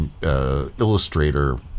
illustrator